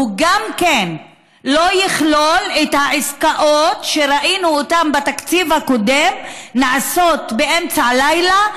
הוא גם כן לא יכלול את העסקאות שבתקציב הקודם ראינו שנעשות באמצע הלילה,